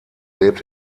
lebt